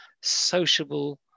sociable